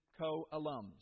co-alums